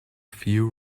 few